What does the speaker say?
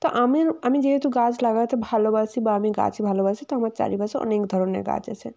তো আমের আমি যেহেতু গাছ লাগাতে ভালোবাসি বা আমি গাছ ভালোবাসি তো আমার চারিপাশে অনেক ধরনের গাছ আছে